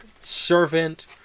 Servant